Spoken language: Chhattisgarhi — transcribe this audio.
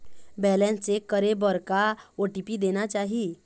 बैलेंस चेक करे बर का ओ.टी.पी देना चाही?